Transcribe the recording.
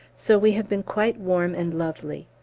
so we have been quite warm and lovely.